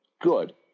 Good